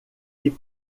que